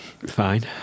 Fine